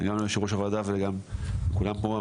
גם ליושב-ראש הוועדה וגם לכולם פה.